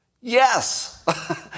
Yes